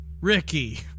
Ricky